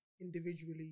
individually